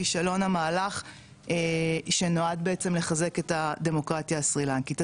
כישלון המהלך שנועד בעצם לחזק את הדמוקרטיה הסרילנקית.